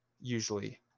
usually